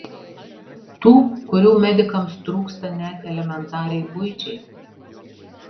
tų kurių medikams trūksta net elementariai buičiai